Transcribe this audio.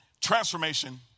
transformation